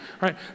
right